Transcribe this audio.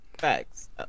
facts